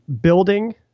building